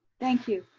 thank you,